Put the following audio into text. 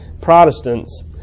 Protestants